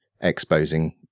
exposing